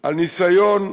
על ניסיון,